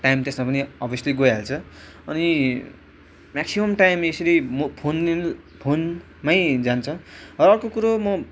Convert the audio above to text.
time त्यसममा पनि obviously गइ हाल्छ अनि म्याक्सिम टाइम यसरी म फोनले फोनमै जान्छ र अर्को कुरो म